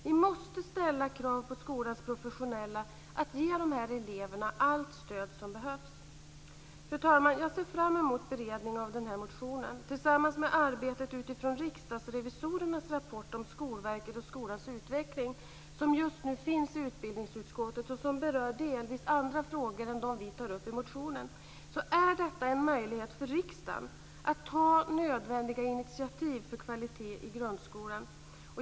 Vi måste ställa krav på skolans professionella att ge de här eleverna allt stöd som behövs. Fru talman! Jag ser fram emot beredningen av den här motionen. Tillsammans med arbetet utifrån Riksdagsrevisorernas rapport om Skolverket och skolans utveckling, som just nu finns i utbildningsutskottet och som berör delvis andra frågor än de som vi tar upp i motionen, är detta en möjlighet för riksdagen att ta nödvändiga initiativ för kvalitet i grundskolan.